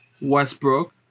Westbrook